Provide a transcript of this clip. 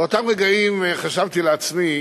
באותם רגעים חשבתי לעצמי